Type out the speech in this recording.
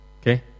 Okay